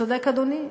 צודק אדוני,